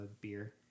beer